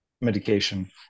medication